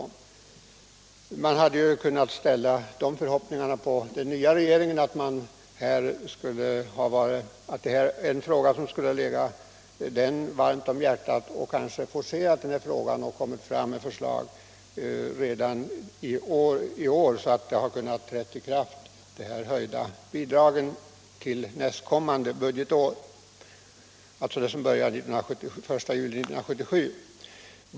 Man hade kunnat vänta sig att den nya regeringen varmt intresserat sig för den här frågan och därför forcerat arbetet för att få fram ett förslag redan i år, så att de höjda bidragen skulle kunna gälla nästkommande budgetår, dvs. fr.o.m. den 1 juli 1977.